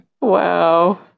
Wow